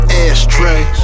ashtray